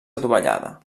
adovellada